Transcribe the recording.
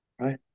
Right